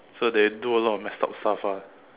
so they do a lot of messed up stuff ah